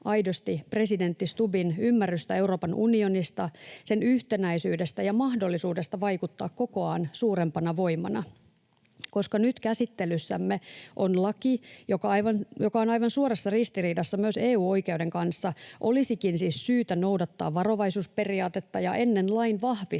aidosti presidentti Stubbin ymmärrystä Euroopan unionista, sen yhtenäisyydestä ja mahdollisuudesta vaikuttaa kokoaan suurempana voimana. Koska nyt käsittelyssämme on laki, joka on aivan suorassa ristiriidassa myös EU-oikeuden kanssa, olisikin siis syytä noudattaa varovaisuusperiaatetta ja ennen lain vahvistamista